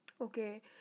okay